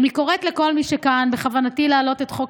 אני קוראת לכל מי שכאן: בכוונתי להעלות את חוק